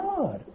God